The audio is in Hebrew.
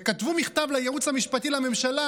וכתבו מכתב ליועץ המשפטי לממשלה: